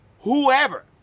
whoever